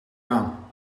aan